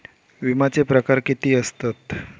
विमाचे प्रकार किती असतत?